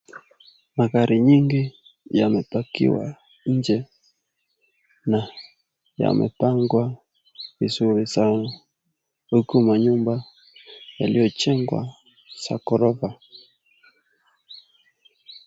Magari nyingi yamepakiwa nje na yamepangwa vizuri sana. Huku manyumba yaliyojengwa za ghorofa.